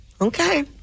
Okay